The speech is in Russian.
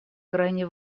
крайне